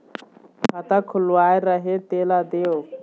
खाता खुलवाय रहे तेला देव?